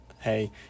Hey